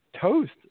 toast